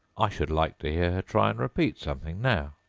i should like to hear her try and repeat something now.